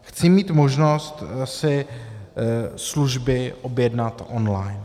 Chci mít možnost si služby objednat online.